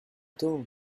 too